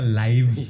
live